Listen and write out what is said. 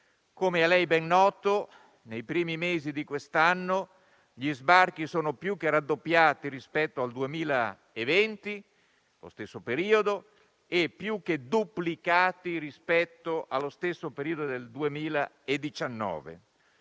Come è a lei ben noto, nei primi mesi di quest'anno gli sbarchi sono più che raddoppiati rispetto al 2020, nello stesso periodo, e più che duplicati rispetto allo stesso periodo del 2019: